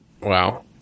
Wow